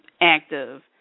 active